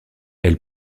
elle